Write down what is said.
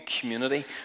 community